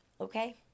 Okay